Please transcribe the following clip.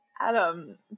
Adam